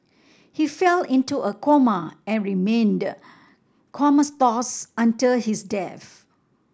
he fell into a coma and remained comatose until his death